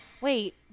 Wait